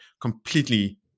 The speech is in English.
completely